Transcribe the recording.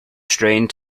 strained